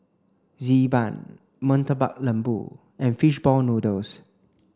Xi Ban Murtabak Lembu and fish ball noodles